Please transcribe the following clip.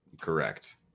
Correct